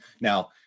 Now